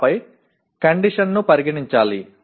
ఆపై కండిషన్ ని పరిగణించాలి